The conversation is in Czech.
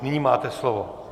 Nyní máte slovo.